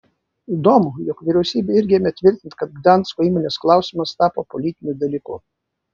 įdomu jog vyriausybė irgi ėmė tvirtinti kad gdansko įmonės klausimas tapo politiniu dalyku